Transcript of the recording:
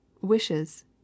wishes